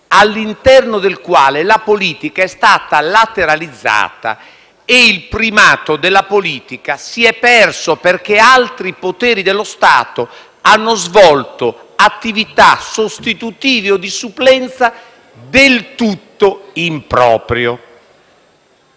all'interno del quale la politica è stata lateralizzata. Il primato della politica si è perso, perché altri poteri dello Stato hanno svolto attività sostitutiva o di supplenza del tutto impropria.